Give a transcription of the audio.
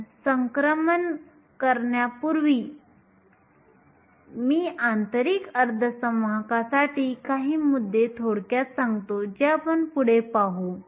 आपण संक्रमण करण्यापूर्वी मी आंतरिक अर्धसंवाहकांसाठी काही मुद्दे थोडक्यात सांगतो जे आपण पुढे पाहू